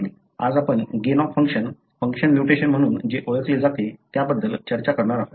आज आपण gain of function function mutation म्हणून जे ओळखले जाते त्याबद्दल चर्चा करणार आहोत